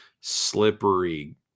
slippery